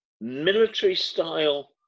military-style